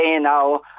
now